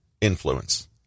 influence